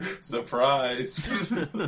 Surprise